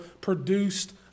produced